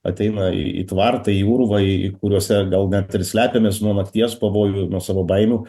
ateina į tvartą į urvą į kuriuose gal net ir slepiamės nuo nakties pavojų nuo savo baimių